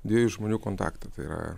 dviejų žmonių kontaktą tai yra